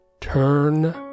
Turn